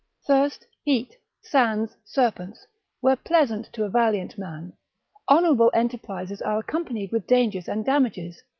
thirst, heat, sands, serpents were pleasant to a valiant man honourable enterprises are accompanied with dangers and damages,